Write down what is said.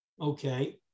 okay